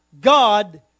God